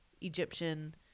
Egyptian